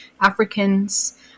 Africans